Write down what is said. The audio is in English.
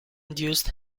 induced